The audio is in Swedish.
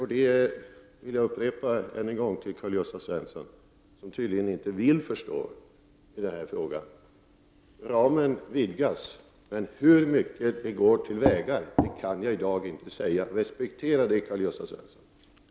Jag vill än en gång upprepa för Karl-Gösta Svenson — som tydligen inte vill förstå — att ramen vidgas, men hur mycket som skall gå till vägar kan jag i dag inte säga. Det vore hederligt av Karl-Gösta Svenson om han respekterade detta.